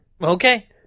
Okay